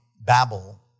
Babel